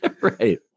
Right